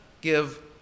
give